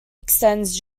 extends